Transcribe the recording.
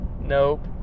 nope